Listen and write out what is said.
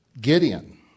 Gideon